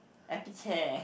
epicare